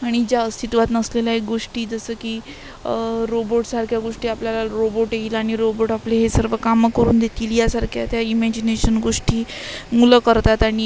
आणि ज्या अस्तित्वात नसलेल्या एक गोष्टी जसं की रोबोटसारख्या गोष्टी आपल्याला रोबोट येईल आणि रोबोट आपले हे सर्व कामं करून देतील यासारख्या त्या इमॅजिनेशन गोष्टी मुलं करतात आणि